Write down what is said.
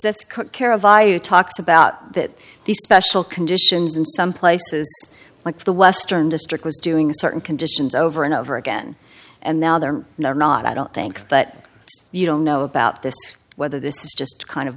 you talked about that these special conditions in some places like the western district was doing certain conditions over and over again and now they're not i don't think but you don't know about this whether this is just kind of